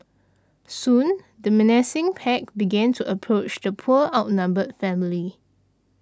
soon the menacing pack began to approach the poor outnumbered family